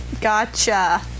Gotcha